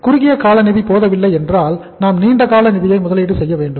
குறுகிய கால நிதி போதவில்லை என்றால் நாம் நீண்டகால நிதியை முதலீடு செய்ய வேண்டும்